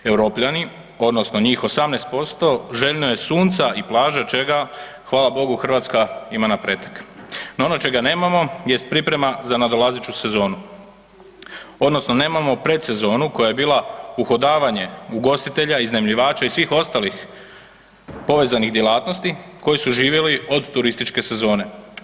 Europljani, odnosno njih 18% željno je sunca i plaža od čega hvala bogu, Hrvatska ima napretek no ono čega nemamo jest priprema za nadolazeću sezonu odnosno nemamo predsezonu koja je bila uhodavanje ugostitelja iznajmljivača i svih ostalih povezanih djelatnosti koji su živjeli od turističke sezone.